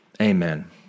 Amen